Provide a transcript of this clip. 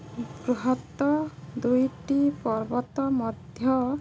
ବୃହତ୍ ଦୁଇଟି ପର୍ବତ ମଧ୍ୟ